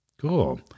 Cool